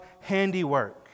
handiwork